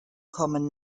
common